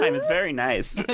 um it's very nice.